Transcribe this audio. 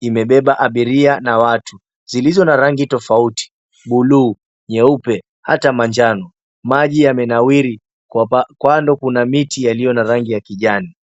imebeba abiria na watu zilizo na rangi tofauti; buluu, nyeupe, hata manjano. Maji yamenawiri. Kando kuna miti yaliyo na rangi ya kijani.